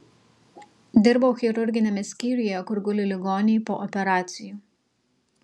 dirbau chirurginiame skyriuje kur guli ligoniai po operacijų